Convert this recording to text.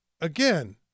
again